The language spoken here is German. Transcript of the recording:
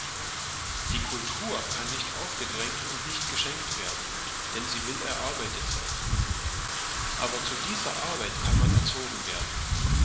die kultur kann nicht aufgedrängt und nicht geschenkt werden denn sie will erarbeitet sein aber zu dieser arbeit kann man erzogen werden